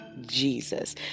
jesus